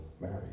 married